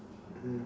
mm